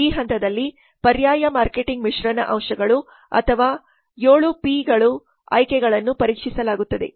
ಈ ಹಂತದಲ್ಲಿ ಪರ್ಯಾಯ ಮಾರ್ಕೆಟಿಂಗ್ ಮಿಶ್ರಣ ಅಂಶಗಳು ಅಥವಾ 7 P's ಆಯ್ಕೆಗಳನ್ನು ಪರೀಕ್ಷಿಸಲಾಗುತ್ತದೆ